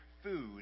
Food